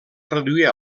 reduir